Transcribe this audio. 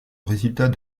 résultat